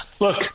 Look